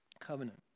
covenant